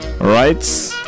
Right